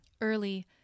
early